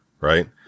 right